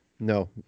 No